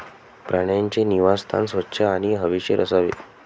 प्राण्यांचे निवासस्थान स्वच्छ आणि हवेशीर असावे